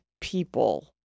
people